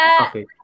Okay